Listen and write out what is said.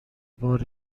بار